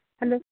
hello